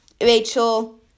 Rachel